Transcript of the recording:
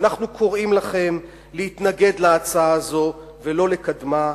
ואנחנו קוראים לכם להתנגד להצעה הזו ולא לקדמה.